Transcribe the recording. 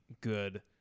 good